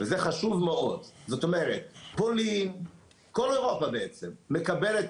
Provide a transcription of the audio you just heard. אומרת כרגע ישראל אמורה מכל העולם,